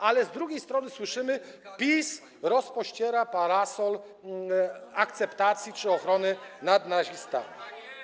Ale z drugiej strony słyszymy: PiS rozpościera parasol akceptacji czy ochrony nad nazistami.